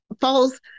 falls